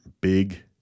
big